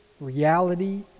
reality